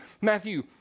Matthew